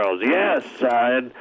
yes